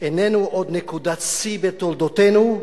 איננו עוד נקודת שיא בתולדותינו,